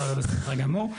לא, זה בסדר גמור.